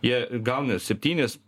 jie gauna septynis